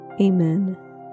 Amen